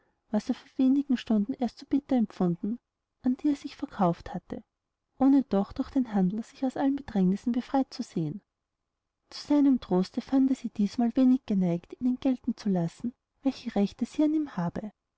was er vor wenigen stunden erst so bitter empfunden an die er sich verkauft hatte ohne doch durch den handel sich aus allen bedrängnissen befreit zu sehen zu seinem troste fand er sie dießmal wenig geneigt ihn entgelten zu lassen welche rechte sie an ihn habe